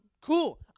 Cool